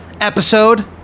episode